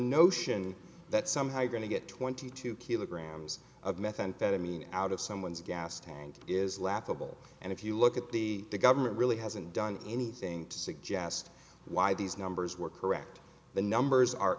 notion that somehow we're going to get twenty two kilograms of methamphetamine out of someone's gas tank is laughable and if you look at the government really hasn't done anything to suggest why these numbers were correct the numbers are